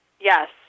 Yes